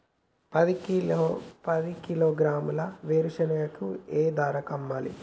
పది కిలోగ్రాముల వేరుశనగని ఏ ధరకు అమ్మాలి?